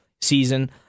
season